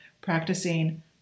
practicing